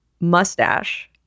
mustache